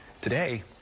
Today